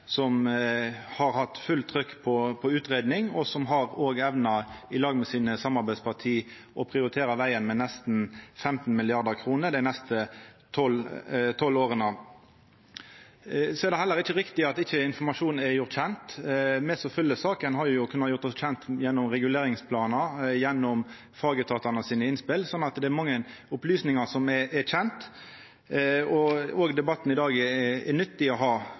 som har hatt fullt trykk på utgreiing, og som også har evna i lag med samarbeidspartia å prioritera vegen med nesten 15 mrd. kr dei neste tolv åra. Så er det heller ikkje riktig at informasjonen ikkje er gjord kjent. Me som følgjer saka, har kunna gjort oss kjende gjennom reguleringsplanar, gjennom innspela frå fagetatane, så det er mange opplysningar som er kjende. Også debatten i dag er nyttig å ha. Representanten Eidsheim viste til kostnadsveksten, og den må me gå nøyare inn i. Dersom det er